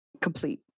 complete